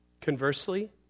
Conversely